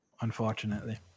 unfortunately